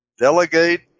Delegate